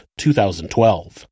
2012